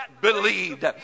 believed